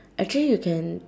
actually you can